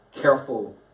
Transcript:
careful